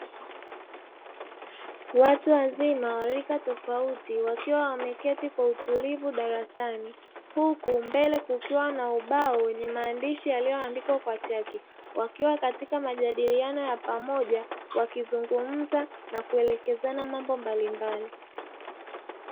Watu wazima wa rika tofauti wakiwa wameketi kwa utulivu darasani, huku mbele kukiwa na ubao wenye maandishi yaliyoandikwa kwa chaki wakiwa katika majadiliano ya pamoja wakizungumza na kuelekezana mambo mbalimbali.